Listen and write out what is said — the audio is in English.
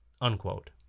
Unquote